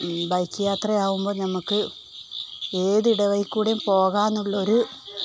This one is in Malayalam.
ബൈക്ക് യാത്രയാകുമ്പോള് നമുക്ക് ഏത് ഇടവഴിയിലും കൂടി പോകാമെന്നുള്ളൊരു